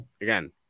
again